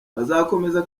bazakomeza